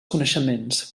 coneixements